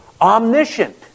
omniscient